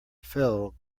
fell